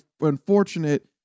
unfortunate